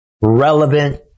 relevant